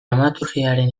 dramaturgiaren